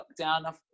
lockdown